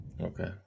okay